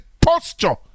posture